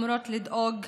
שאמורות לדאוג.